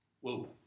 Whoa